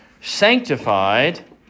sanctified